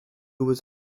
was